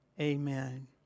Amen